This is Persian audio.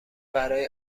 برای